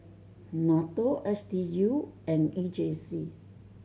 NATO S D U and E J C